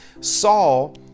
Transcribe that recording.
Saul